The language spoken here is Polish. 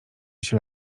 się